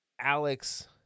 Alex